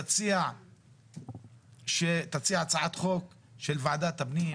תציע הצעת חוק של ועדת הפנים,